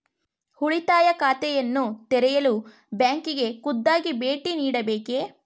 ಉಳಿತಾಯ ಖಾತೆಯನ್ನು ತೆರೆಯಲು ಬ್ಯಾಂಕಿಗೆ ಖುದ್ದಾಗಿ ಭೇಟಿ ನೀಡಬೇಕೇ?